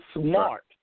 smart